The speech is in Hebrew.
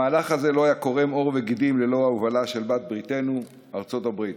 המהלך הזה לא היה קורם עור וגידים ללא ההובלה של בת-בריתנו ארצות הברית.